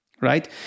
right